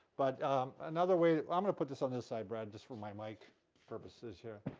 but another way i'm gonna put this on this side brad just for my mic purposes here,